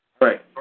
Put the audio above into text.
Right